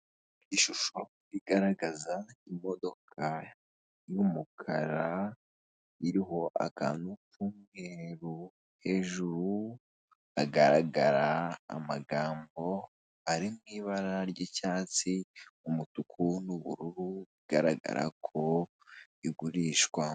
Ishusho igaragaza imodoka y'umukara, iriho akantu k'umweru, hejuru hagaragara amagambo ari mu ibara ry'icyatsi, umutuku n'ubururu, bigaragara ko igurishwa.